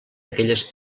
aquelles